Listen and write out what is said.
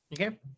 Okay